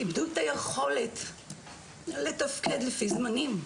איבדו את היכולת לתפקד לפי זמנים.